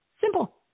Simple